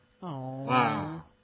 wow